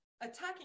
attacking